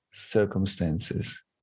circumstances